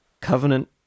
covenant